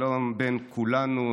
שלום בין כולנו,